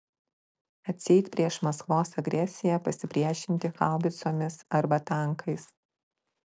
atseit prieš maskvos agresiją pasipriešinti haubicomis arba tankais